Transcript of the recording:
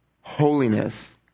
holiness